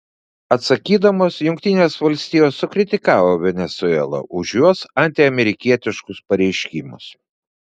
atsakydamos jungtinės valstijos sukritikavo venesuelą už jos antiamerikietiškus pareiškimus